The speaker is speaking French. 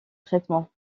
traitement